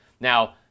Now